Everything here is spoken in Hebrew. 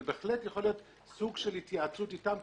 בהחלט יכולה להיות התייעצות איתם.